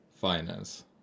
finance